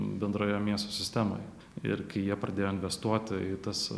bendroje miesto sistemoje ir kai jie pradėjo investuoti į tas